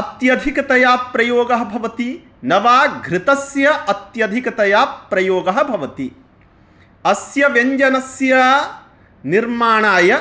अत्यधिकतया प्रयोगः भवति न वा घृतस्य अत्यधिकतया प्रयोगः भवति अस्य व्यञ्जनस्य निर्माणाय